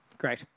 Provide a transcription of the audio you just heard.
Great